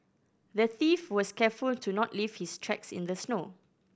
the thief was careful to not leave his tracks in the snow